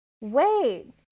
wait